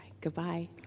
goodbye